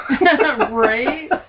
Right